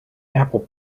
apple